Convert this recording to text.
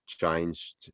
changed